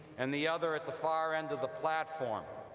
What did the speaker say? and the other at the far end of the platform.